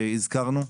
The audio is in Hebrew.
שהזכרנו,